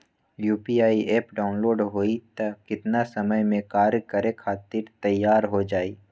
UPI app download होई त कितना समय मे कार्य करे खातीर तैयार हो जाई?